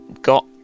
got